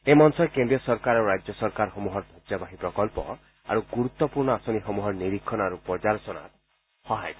এই মঞ্চই কেন্দ্ৰীয় চৰকাৰ আৰু ৰাজ্য চৰকাৰসমূহৰ ধজ্জাবাহী প্ৰকল্প আৰু গুৰুত্বপূৰ্ণ আঁচনিসমূহৰ নিৰীক্ষণ আৰু পৰ্যালোচনাত সহায় কৰে